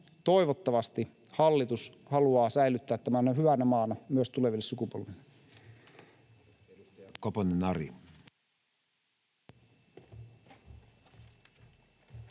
Toivottavasti hallitus haluaa säilyttää tämän hyvänä maana myös tuleville sukupolville.